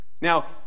Now